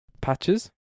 patches